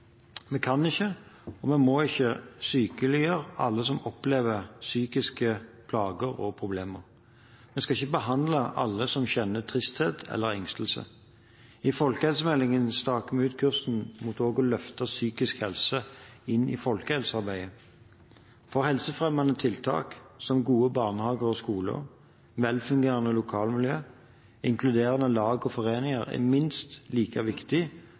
vi kan ikke og vi må ikke sykeliggjøre alle som opplever psykiske plager og problemer. Vi skal ikke behandle alle som kjenner tristhet eller engstelse. I folkehelsemeldingen staker vi ut kursen mot også å løfte psykisk helse inn i folkehelsearbeidet. Å få helsefremmende tiltak som gode barnehager og skoler, velfungerende lokalmiljø og inkluderende lag og foreninger er minst like viktig